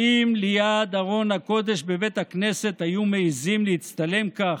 האם ליד ארון הקודש בבית הכנסת היו מעיזים להצטלם כך?